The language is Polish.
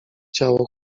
ciało